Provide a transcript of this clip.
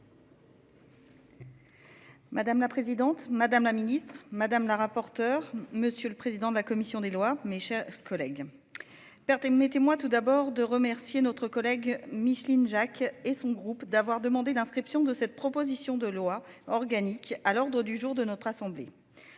Madame la présidente, madame la ministre madame la rapporteure. Monsieur le président de la commission des lois, mes chers collègues. Perte mettez-moi tout d'abord de remercier notre collègue Micheline Jacques et son groupe d'avoir demandé l'inscription de cette proposition de loi organique à l'ordre du jour de notre assemblée.